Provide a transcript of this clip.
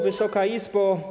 Wysoka Izbo!